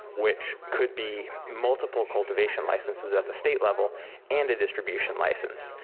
which could be multiple cultivation licenses at the state level and a distribution license.